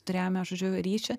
turėjome žodžiu ryšį